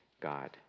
God